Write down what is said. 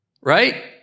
Right